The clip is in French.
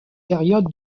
période